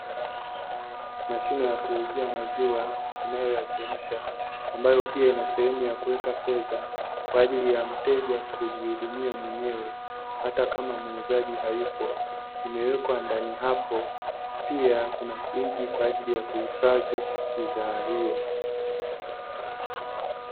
Mashine ya kuuzia maziwa inayoyachemsha ambayo pia ina sehemu ya kuweka fedha kwa ajili ya mteja kujihudumia mwenyewe hata kama muuzaji hayupo, imewekwa ndani hapo. Pia kuna friji kwa ajili ya kuhifadhi bidhaa hiyo.